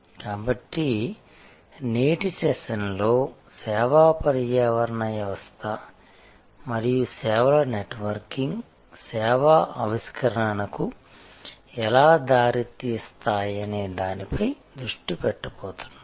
కాబట్టి నేటి సెషన్లో సేవా పర్యావరణ వ్యవస్థ మరియు సేవల నెట్వర్కింగ్ సేవా ఆవిష్కరణకు ఎలా దారితీస్తాయనే దానిపై దృష్టి పెట్టబోతున్నాం